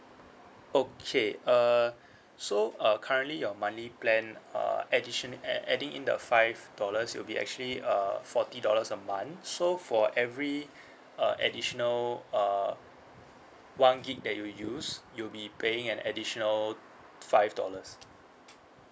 okay uh so uh currently your monthly plan uh addition add adding in the five dollars it'll be actually uh forty dollars a month so for every uh additional uh one gig that you use you will be paying an additional five dollars